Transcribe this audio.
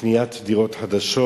לקניית דירות חדשות.